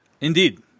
Indeed